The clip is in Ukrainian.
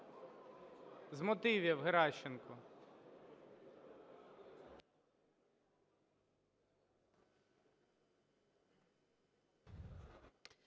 З мотивів – Геращенко.